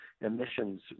emissions